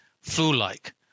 flu-like